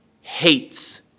hates